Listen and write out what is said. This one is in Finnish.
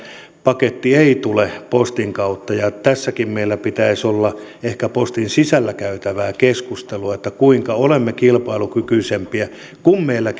paketti ei tule postin kautta ja tässäkin meillä pitäisi olla ehkä postin sisällä käytävää keskustelua siitä kuinka olemme kilpailukykyisempiä kun meillä